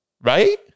Right